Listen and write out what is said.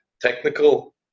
technical